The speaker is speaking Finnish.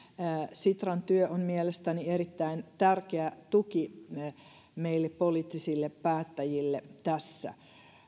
sitran työ on mielestäni erittäin tärkeä tuki meille poliittisille päättäjille tässä